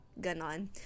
gano'n